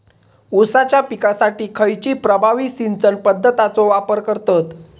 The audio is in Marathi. ऊसाच्या पिकासाठी खैयची प्रभावी सिंचन पद्धताचो वापर करतत?